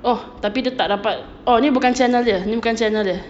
oh tapi dia tak dapat oh ni bukan channel dia ni bukan channel dia